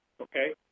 Okay